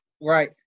Right